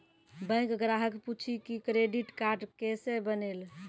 Bank ग्राहक पुछी की क्रेडिट कार्ड केसे बनेल?